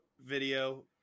video